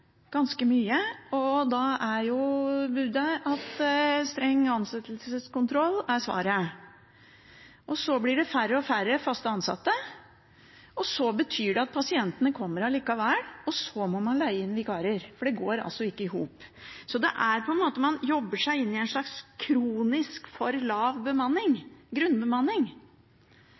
ganske mye, og da er budet at streng ansettelseskontroll er svaret. Så blir det færre og færre fast ansatte, pasientene kommer likevel, og så må man leie inn vikarer, for det går ikke i hop. Man jobber seg på en måte inn i en slags kronisk for lav grunnbemanning.